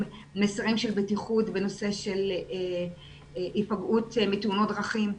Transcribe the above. מסרים של בטיחות בנושא של היפגעות מתאונות דרכים,